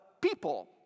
people